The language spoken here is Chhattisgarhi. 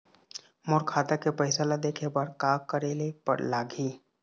मोर खाता के पैसा ला देखे बर का करे ले लागही?